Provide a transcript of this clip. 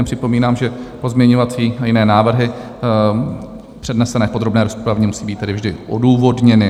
Jen připomínám, že pozměňovací a jiné návrhy přednesené v podrobné rozpravě musejí být vždy odůvodněny.